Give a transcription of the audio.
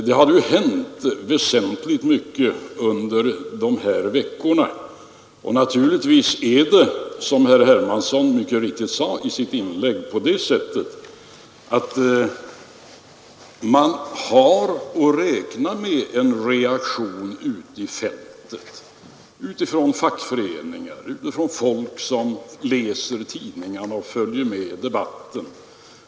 Det har hänt mycket väsentligt under de veckor som gått, och naturligtvis har man — som herr Hermansson mycket riktigt sade i sitt inlägg — att räkna med en reaktion ute på fältet: från fackföreningar, från folk som läser tidningarna och följer med debatten.